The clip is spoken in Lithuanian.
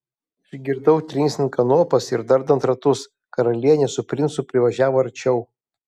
išgirdau trinksint kanopas ir dardant ratus karalienė su princu privažiavo arčiau